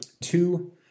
two